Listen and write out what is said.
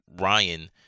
Ryan